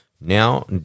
now